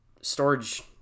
storage